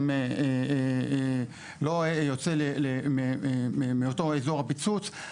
לא יוצא מאותו אזור הפיצוץ.